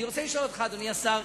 אני רוצה לשאול אותך, אדוני השר,